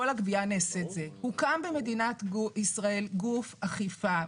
הוקם בישראל גוף אכיפה,